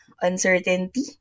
uncertainty